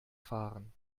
fahren